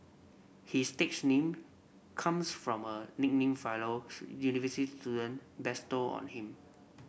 his stage name comes from a nickname fellow university student bestowed on him